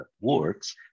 words